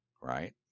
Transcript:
Right